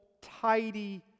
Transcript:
tidy